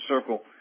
circle